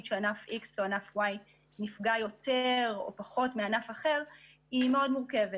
שענף X או ענף Y נפגע יותר או פחות מענף אחר היא מאוד מורכבת.